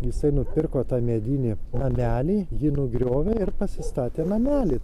jisai nupirko tą medinį namelį jį nugriovė ir pasistatė namelį